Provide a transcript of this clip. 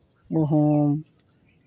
ᱜᱩᱦᱩᱢ